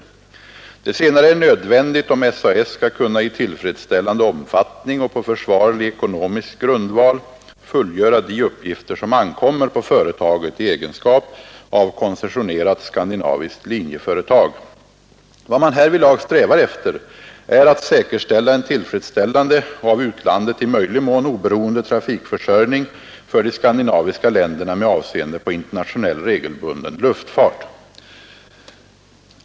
Det senare är nödvändigt, om SAS skall kunna i tillfredsställande omfattning och på försvarlig ekonomisk grundval fullgöra de uppgifter som ankommer på företaget i egenskap av koncessionerat skandinaviskt linjeföretag. Vad man härvidlag strävar efter är att säkerställa en tillfredsställande och av utlandet i möjlig mån oberoende trafikförsörjning för de skandinaviska länderna med avseende på internationell regelbunden luftfart.